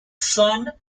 son